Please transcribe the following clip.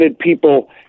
people